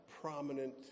prominent